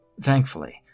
Thankfully